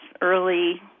early